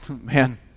Man